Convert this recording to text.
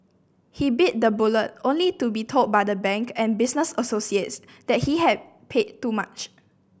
he bit the bullet only to be told by the bank and business associates that he had paid too much